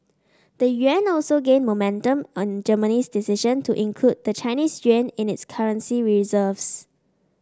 the yuan also gained momentum on Germany's decision to include the Chinese yuan in its currency reserves